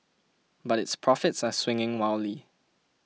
but its profits are swinging wildly